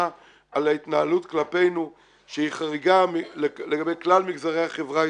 על ההתנהלות כלפינו שהיא חריגה לגבי כלל מגזרי החברה הישראלית,